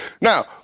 Now